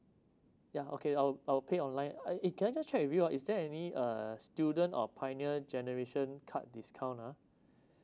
yeah okay I will I will pay online I eh can just check with you ah is there any uh student or pioneer generation card discount ah